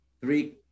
Three